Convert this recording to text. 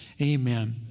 Amen